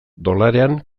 dolarean